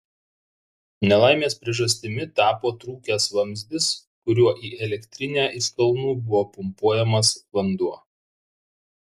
nelaimės priežastimi tapo trūkęs vamzdis kuriuo į elektrinę iš kalnų buvo pumpuojamas vanduo